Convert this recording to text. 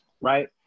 right